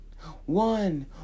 One